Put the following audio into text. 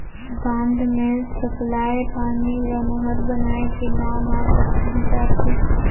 बांध मे सकलाए पानी ल नहर बनाए के गांव गांव तक पहुंचाथें